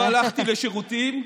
לא הלכתי לשירותים,